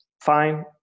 Fine